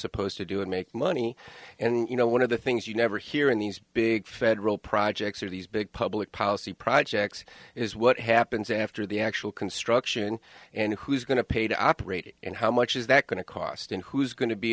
supposed to do and make money and you know one of the things you never hear in these big federal projects or these big public policy projects is what happens after the actual construction and who's going to pay to operate it and how is that going to cost and who's going to be